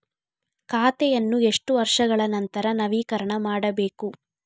ಖಾತೆಯನ್ನು ಎಷ್ಟು ವರ್ಷಗಳ ನಂತರ ನವೀಕರಣ ಮಾಡಬೇಕು?